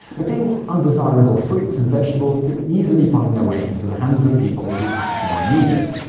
but these undesirable fruits and vegetables could easily find their way into the hands of people who actually need it,